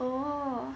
oh